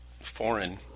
foreign